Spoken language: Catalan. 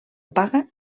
paga